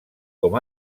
com